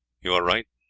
you are right,